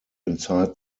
inside